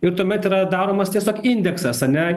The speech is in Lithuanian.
ir tuomet yra daromas tiesiog indeksas ane